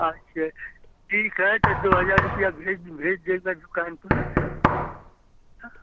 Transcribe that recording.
अच्छा ठीक है तो दो हजार रुपया भेज दूँ भेज देऊँगा दुकान पर हाँ